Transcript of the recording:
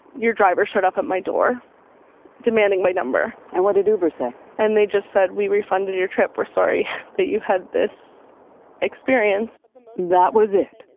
your driver showed up at my door demanding my number. and what did uber say? and they just said we refunded your trip. we're sorry that you had this experience. gillian that was it.